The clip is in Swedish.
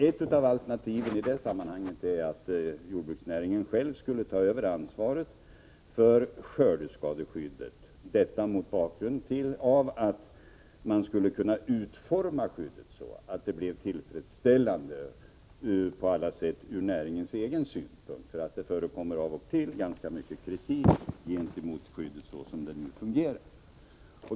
Ett av alternativen i det sammanhanget är att jordbruksnäringen själv skall ta över ansvaret för skördeskadeskyddet, mot bakgrund av att man skulle kunna utforma skyddet så att det på alla sätt blir tillfredsställande ur näringens egen synpunkt. Det förekommer av och till ganska mycket kritik mot skyddet som det nu fungerar.